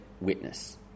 witness